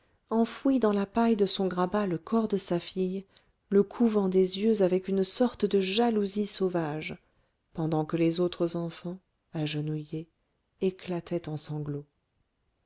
enfouit dans la paille de son grabat le corps de sa fille le couvant des yeux avec une sorte de jalousie sauvage pendant que les autres enfants agenouillés éclataient en sanglots